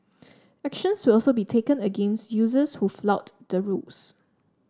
actions will also be taken against users who flout the rules